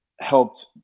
helped